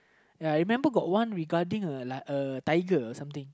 ya I remember got one regarding a like a tiger or something